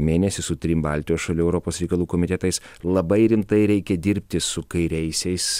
mėnesį su trim baltijos šalių europos reikalų komitetais labai rimtai reikia dirbti su kairiaisiais